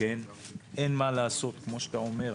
אין מה לעשות כמו שאתה אומר,